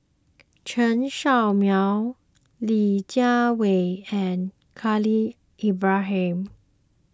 Chen Show Mao Li Jiawei and Khalil Ibrahim